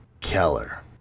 Keller